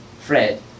Fred